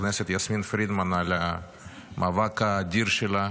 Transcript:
הכנסת יסמין פרידמן על המאבק האדיר שלה